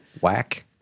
whack